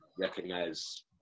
recognize